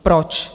Proč?